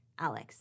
Alex